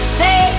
say